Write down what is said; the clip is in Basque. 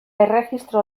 erregistro